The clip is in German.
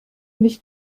nicht